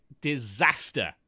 disaster